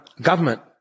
Government